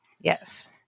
yes